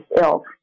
ill